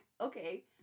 okay